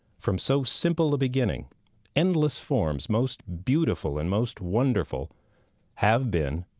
from so simple a beginning endless forms most beautiful and most wonderful have been,